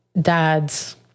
dads